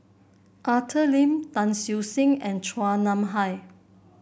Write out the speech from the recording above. Arthur Lim Tan Siew Sin and Chua Nam Hai